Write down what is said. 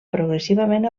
progressivament